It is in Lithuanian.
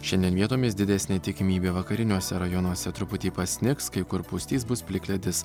šiandien vietomis didesnė tikimybė vakariniuose rajonuose truputį pasnigs kai kur pustys bus plikledis